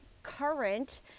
current